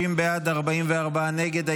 30 בעד, 44 נגד.